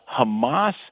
Hamas